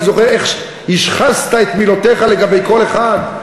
זוכר איך השחזת את מילותיך לגבי כל אחד.